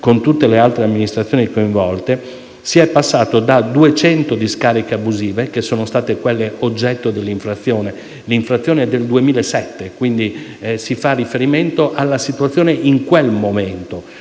con tutte le altre amministrazioni coinvolte, si è passati da 200 discariche abusive, quelle oggetto della infrazione (che è del 2007, quindi si fa riferimento alla situazione in quel momento,